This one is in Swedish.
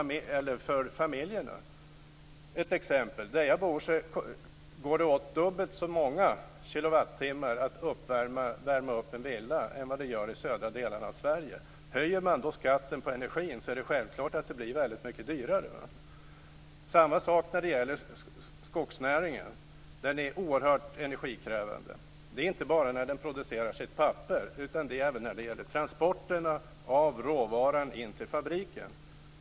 Jag ska ge ett exempel. Där jag bor går det åt dubbelt så många kilowattimmar för att värma upp en villa än det gör i de södra delarna av Sverige. Om man då höjer skatten på energin är det självklart att det blir mycket dyrare. På samma sätt är det när det gäller skogsnäringen. Den är oerhört energikrävande, inte bara vid produktionen av papper utan även när det gäller transporten av råvaran till fabriken.